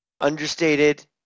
understated